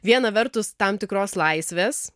viena vertus tam tikros laisvės